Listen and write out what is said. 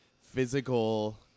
physical